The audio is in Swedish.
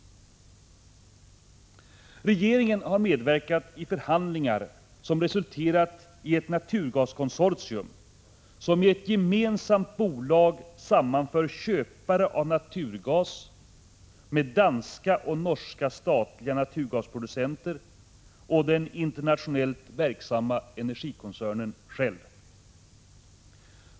Regeringen har medverkat i förhandlingar, vilka resulterat i bildandet av ett naturgaskonsortium, som i ett gemensamt bolag sammanför svenska köpare av naturgas med danska och norska statliga naturgasproducenter och den internationellt verksamma energikoncernen Shell.